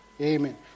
Amen